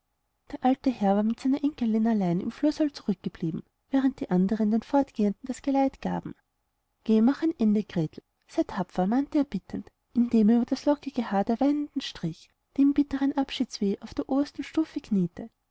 der alte herr war mit seiner enkelin allein im flursaal zurückgeblieben während die anderen den fortgehenden das geleit gaben geh mach ein ende gretel sei tapfer mahnte er bittend indem er über das lockige haar der weinenden strich die im bitteren abschiedsweh auf der obersten stufe kniete